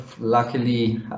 Luckily